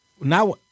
Now